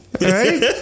right